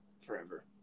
Forever